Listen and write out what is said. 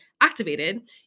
activated